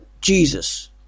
Jesus